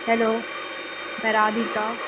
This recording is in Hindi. हेलो मैं राधिका